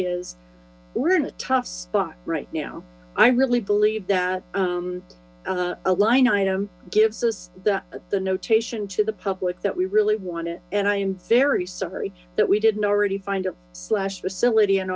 is we're in a tough spot right now i really believe that a line item gives us the notation to the public that we really want it and i am very sorry that we didn't already find a slash facility and